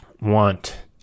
want